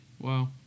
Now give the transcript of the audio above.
Wow